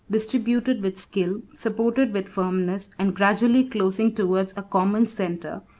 distributed with skill, supported with firmness, and gradually closing towards a common centre,